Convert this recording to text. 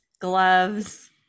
gloves